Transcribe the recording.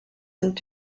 sind